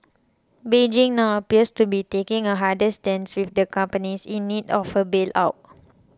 Beijing now appears to be taking a harder stance with the companies in need of a bail out